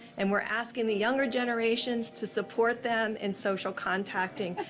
and we're asking the younger generations to support them in social contacting.